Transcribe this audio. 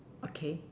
okay